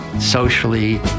socially